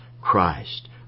Christ